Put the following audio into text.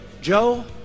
Joe